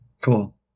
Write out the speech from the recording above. Cool